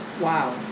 Wow